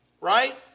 Right